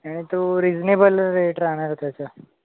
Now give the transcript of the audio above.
आणि तो reasonable rate राहणार त्याचा